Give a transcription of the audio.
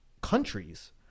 countries